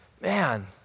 Man